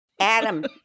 Adam